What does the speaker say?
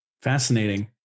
Fascinating